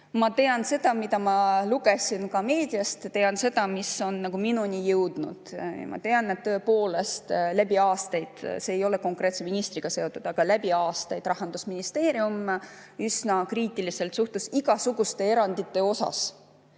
Ma tean seda, mida ma lugesin ka meediast, tean seda, mis on nagu minuni jõudnud. Ma tean, et tõepoolest see ei ole konkreetse ministriga seotud, aga läbi aastaid on Rahandusministeerium üsna kriitiliselt suhtunud igasugustesse eranditesse.